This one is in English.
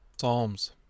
Psalms